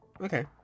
Okay